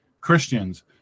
Christians